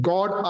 God